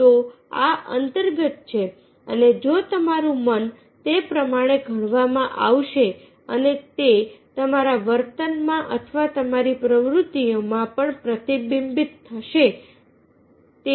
તો આ અંતર્ગત છે અને જો તમારું મન તે પ્રમાણે ઘડવામાં આવશે અને તે તમારા વર્તનમાં અથવા તમારી પ્રવૃત્તિઓમાં પણ પ્રતિબિંબિત થશે